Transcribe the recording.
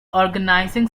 organising